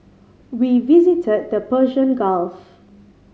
we visited the Persian Gulf